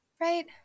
right